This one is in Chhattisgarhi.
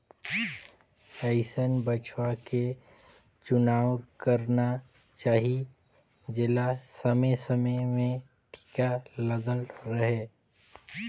अइसन बछवा के चुनाव करना चाही जेला समे समे में टीका लगल रहें